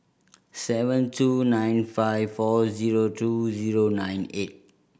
seven two nine five four zero two zero nine eight